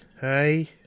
Hey